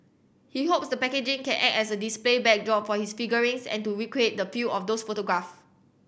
he hopes the packaging can act as a display backdrop for his figurines and to recreate the pill of those photograph